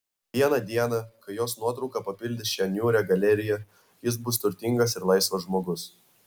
vieną dieną kai jos nuotrauka papildys šią niūrią galeriją jis bus turtingas ir laisvas žmogus